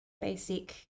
basic